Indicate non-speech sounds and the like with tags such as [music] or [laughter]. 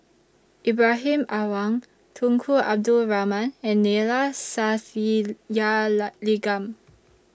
Ibrahim Awang Tunku Abdul Rahman and Neila [unintelligible]